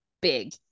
big